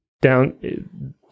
down